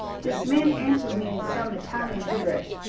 this man answered me in some italian gibberish.